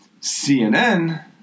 CNN